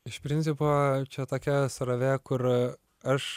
iš principo čia tokia srovė kur aš